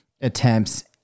attempts